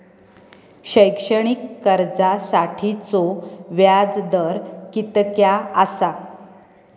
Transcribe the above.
शैक्षणिक कर्जासाठीचो व्याज दर कितक्या आसा?